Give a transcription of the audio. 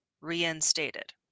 reinstated